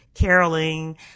caroling